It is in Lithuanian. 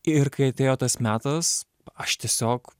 ir kai atėjo tas metas aš tiesiog